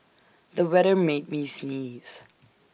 the weather made me sneeze